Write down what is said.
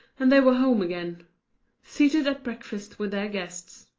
and they were home again seated at breakfast with their guests.